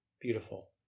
beautiful